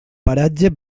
paratge